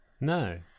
No